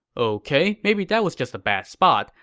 ok, maybe that was just a bad spot.